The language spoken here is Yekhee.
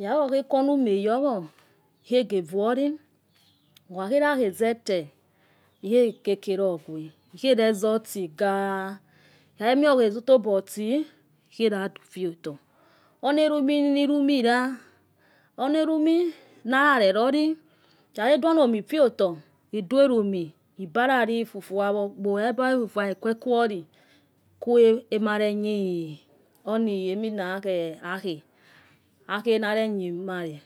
Ikhalulor khokuo umagowo kheko. uaoli okhozotogo o kelogwe. ikholezotiga ikhahe moo okuo totototo. ekholadufioto onaluminilumola. onalumi. nayalere loli ikhakhe duo no mo fhio otor, udua elumi ebalalou efufua wo e kwe kwe ohle, kwi amare knhew emina ko akua. Akhs naro knhow male,